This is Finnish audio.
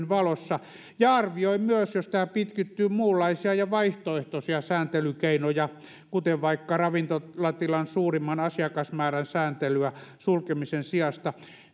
valossa ja arvioi myös jos tämä pitkittyy muunlaisia ja vaihtoehtoisia sääntelykeinoja kuten vaikka ravintolatilan suurimman asiakasmäärän sääntelyä sulkemisen sijasta